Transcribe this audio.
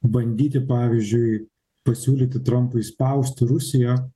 bandyti pavyzdžiui pasiūlyti trampui spaust rusiją